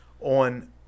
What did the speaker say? on